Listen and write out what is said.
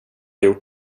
gjort